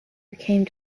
became